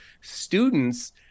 students